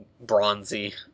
bronzy